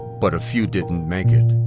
but a few didn't make it.